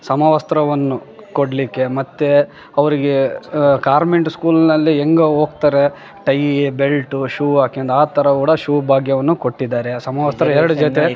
ಸಮವಸ್ತ್ರವನ್ನು ಕೊಡಲಿಕ್ಕೆ ಮತ್ತು ಅವರಿಗೆ ಕಾರ್ಮೆಂಟ್ ಸ್ಕೂಲ್ನಲ್ಲಿ ಹೆಂಗ್ ಹೋಗ್ತಾರೆ ಟೈ ಬೆಲ್ಟು ಶೂ ಹಾಕೆಂಡು ಆ ಥರ ಕೂಡ ಶೂ ಭಾಗ್ಯವನ್ನು ಕೊಟ್ಟಿದಾರೆ ಸಮವಸ್ತ್ರ ಎರಡು ಜೊತೆ